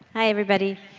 hi, everybody.